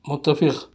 متفق